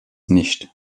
nicht